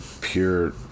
pure